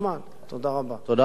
תודה רבה, אדוני.